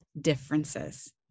differences